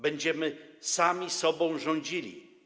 Będziemy sami sobą rządzili!